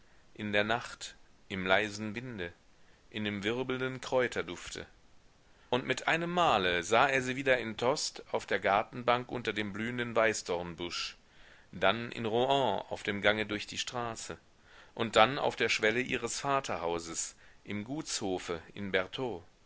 in der nacht im leisen winde in dem wirbelnden kräuterdufte und mit einem male sah er sie wieder in tostes auf der gartenbank unter dem blühenden weißdornbusch dann in rouen auf dem gange durch die straße und dann auf der schwelle ihres vaterhauses im gutshofe in bertaux